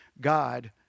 God